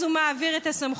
אז הוא מעביר את הסמכות.